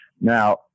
now